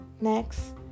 Next